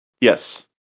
Yes